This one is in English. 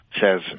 says